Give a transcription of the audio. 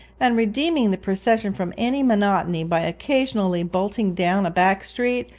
and redeeming the procession from any monotony by occasionally bolting down a back street,